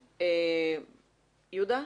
יהודה,